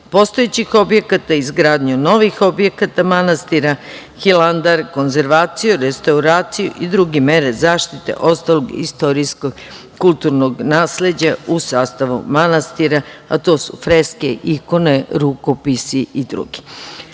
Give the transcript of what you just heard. postojećih objekata i izgradnju novih objekata manastira Hilandar, konzervaciju, restauraciju i druge mere zaštite ostalog istorijskog kulturnog nasleđa u sastavu manastira, a to su freske, ikone, rukopisi i drugo. Zakon